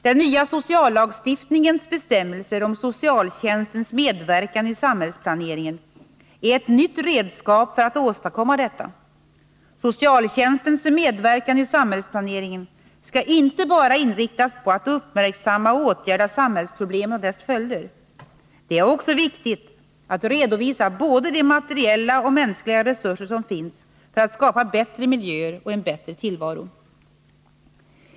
Den nya sociallagstiftningens bestämmelser om socialtjänstens medverkan i samhällsplaneringen är ett nytt redskap för att åstadkomma detta. Socialtjänstens medverkan i samhällsplaneringen skall inte bara inriktas på att uppmärksamma och åtgärda samhällsproblemen och deras följder. Det är också viktigt att redovisa både de materiella och mänskliga resurser som finns för att skapa bättre miljöer och en bättre tillvaro.